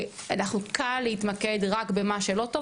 אנחנו כאן להתמקד רק במה שלא טוב,